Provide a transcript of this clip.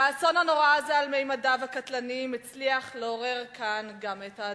והאסון הנורא הזה על ממדיו הקטלניים הצליח לעורר כאן את האדישים.